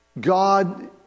God